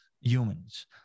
humans